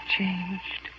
changed